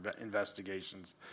investigations